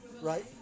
Right